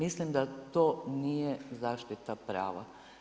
Mislim da to nije zaštita prava.